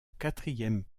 quatrième